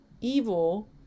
evil